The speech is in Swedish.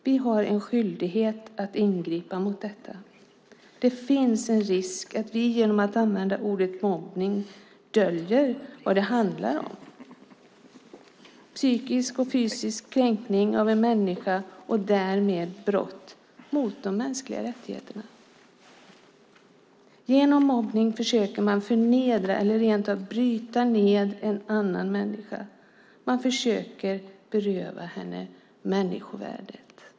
Vi har en skyldighet att ingripa mot detta. Det finns en risk att vi genom att använda ordet "mobbning" döljer vad det handlar om: psykisk och fysisk kränkning av en människa och därmed brott mot de mänskliga rättigheterna. Genom mobbning försöker man förnedra eller rentav bryta ned en annan människa. Man försöker beröva henne människovärdet.